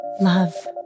Love